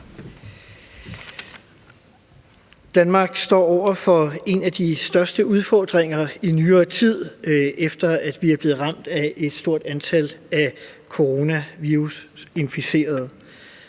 Danmark står over for en af de største udfordringer i nyere tid, efter at vi er blevet ramt af et stort antal, der er coronavirusinficerede.